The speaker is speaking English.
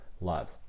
love